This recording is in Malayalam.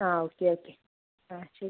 ആ ഓക്കെ ഓക്കെ ആ ശരി